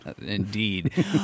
Indeed